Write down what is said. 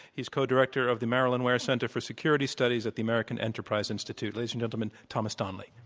he's co-director of the marilyn ware center for security studies at the american enterprise institute. ladies and gentlemen, thomas donnelly.